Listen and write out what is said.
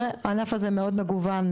הענף הזה מאוד מגוון,